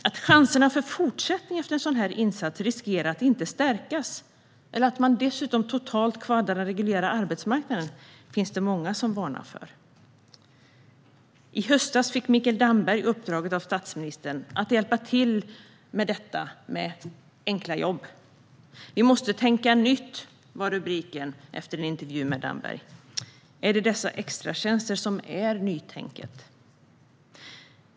Att chanserna till en fortsättning efter en sådan här insats riskerar att inte stärkas eller att man totalt kvaddar den reguljära arbetsmarknaden finns det många som varnar för. I höstas fick Mikael Damberg uppdraget av statsministern att hjälpa till med detta med så kallade enkla jobb. "Vi måste tänka nytt" var rubriken till intervjun med Damberg. Är det dessa extratjänster som är nytänket?